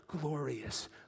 glorious